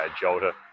Jota